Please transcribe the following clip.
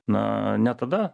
na ne tada